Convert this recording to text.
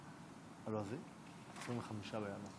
מי הלא-בכור,